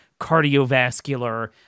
cardiovascular